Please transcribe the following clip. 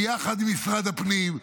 ביחד עם משרד הפנים,